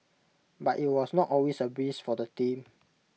but IT was not always A breeze for the team